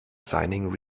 signing